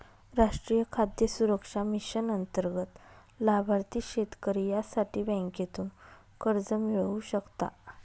राष्ट्रीय खाद्य सुरक्षा मिशन अंतर्गत लाभार्थी शेतकरी यासाठी बँकेतून कर्ज मिळवू शकता